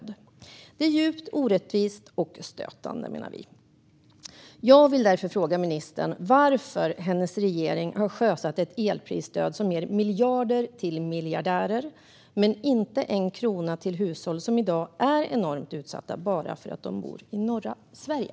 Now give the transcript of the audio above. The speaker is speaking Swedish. Det menar vi är djupt orättvist och stötande. Jag vill därför fråga ministern varför hennes regering har sjösatt ett elprisstöd som ger miljarder till miljardärer men inte en krona till hushåll som i dag är enormt utsatta bara för att de bor i norra Sverige.